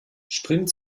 spring